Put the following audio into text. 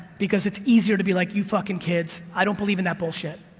because it's easier to be like you fucking kids, i don't believe in that bullshit,